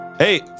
Hey